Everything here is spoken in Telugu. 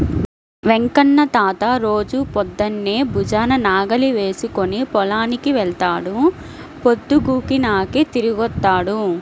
వెంకన్న తాత రోజూ పొద్దన్నే భుజాన నాగలి వేసుకుని పొలానికి వెళ్తాడు, పొద్దుగూకినాకే తిరిగొత్తాడు